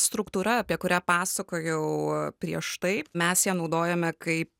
struktūra apie kurią pasakojau prieš tai mes ją naudojame kaip